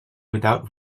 without